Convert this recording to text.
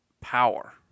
power